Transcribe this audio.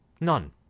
None